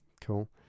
Cool